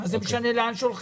מה זה משנה לאן שולחים את זה?